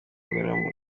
ngororangingo